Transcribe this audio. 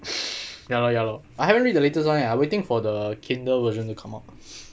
ya lor ya lor I haven't read the latest one eh I waiting for the Kindle version you come out